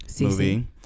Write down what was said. movie